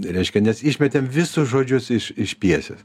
reiškia nes išmetėm visus žodžius iš iš pjesės